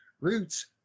Roots